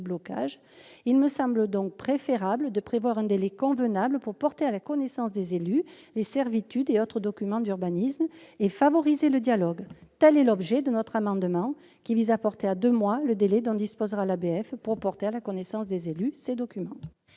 il me semble donc préférable de prévoir un délai convenable pour porter à la connaissance des élus les servitudes et autres documents d'urbanisme, et ainsi favoriser les discussions. Tel est l'objet de cet amendement, qui vise à porter à deux mois le délai dont disposera l'ABF pour porter à la connaissance des élus ces documents.